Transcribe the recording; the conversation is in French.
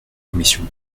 commission